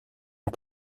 and